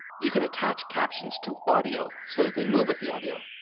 you can attach captions to audio, so that they move with the audio.